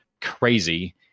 crazy